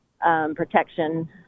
protection